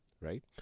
right